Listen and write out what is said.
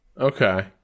Okay